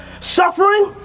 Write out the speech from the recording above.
suffering